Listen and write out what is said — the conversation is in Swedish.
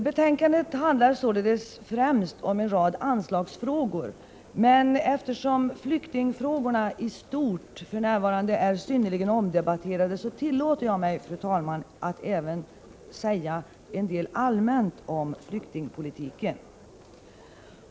Betänkandet handlar således främst om en rad anslagsfrågor, men eftersom flyktingfrågorna i stort för närvarande är synnerligen omdebatterade tillåter jag mig, fru talman, att även säga en del allmänt om flyktingpolitiken.